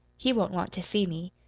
he won't want to see me.